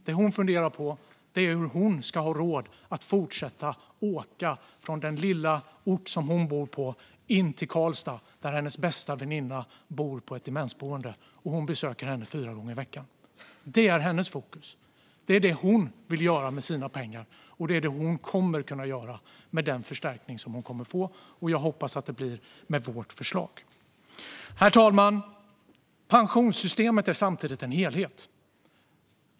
Det som hon funderar på är hur hon ska ha råd att fortsätta att åka från den lilla ort som hon bor på in till Karlstad där hennes bästa väninna bor på ett demensboende. Hon besöker väninnan fyra gånger i veckan. Det är hennes fokus. Det är det som hon vill göra med sina pengar, och det är det som hon kommer att kunna göra med den förstärkning som hon kommer att få. Och jag hoppas att det blir med vårt förslag. Herr talman! Pensionssystemet är samtidigt en helhet.